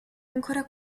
ancora